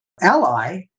ally